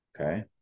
okay